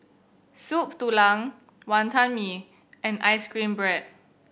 Soup Tulang Wantan Mee and ice cream bread